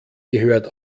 gehört